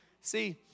See